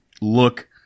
look